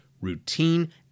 routine